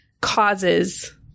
causes